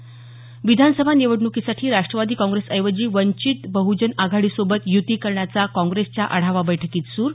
स विधानसभा निवडणुकीसाठी राष्ट्रवादी काँग्रेसऐवजी वंचित बहजन आघाडीसोबत युती करण्याचा काँग्रेसच्या आढावा बैठकीत सूर